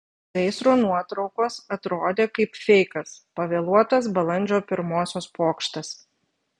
gaisro nuotraukos atrodė kaip feikas pavėluotas balandžio pirmosios pokštas